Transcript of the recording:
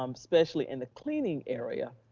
um especially in the cleaning area,